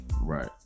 Right